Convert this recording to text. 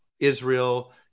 Israel